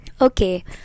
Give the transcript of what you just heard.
Okay